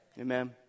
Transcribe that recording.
Amen